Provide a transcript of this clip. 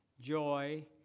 joy